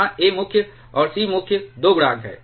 यहां A मुख्य और C मुख्य 2 गुणांक हैं